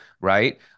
Right